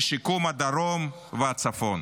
לשיקום הדרום והצפון.